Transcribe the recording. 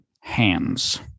hands